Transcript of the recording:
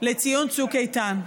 לציון צוק איתן,